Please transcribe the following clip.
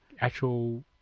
actual